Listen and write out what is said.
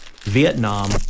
Vietnam